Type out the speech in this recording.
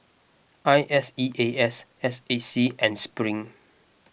I S E A S S A C and Spring